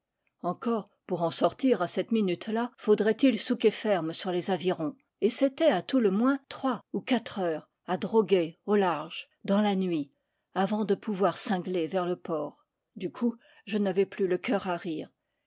encore pour en sortir à cette minute là faudrait-il souquer ferme sur les avirons et c'était à tout le moins trois ou quatre heures à droguer au large dans la nuit avant de pouvoir cingler vers le port du coup je n'avais plus le cœur à rire